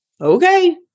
Okay